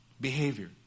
behavior